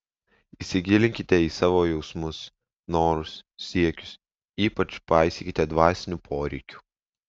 įsigilinkite į savo jausmus norus siekius ypač paisykite dvasinių poreikių